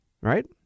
right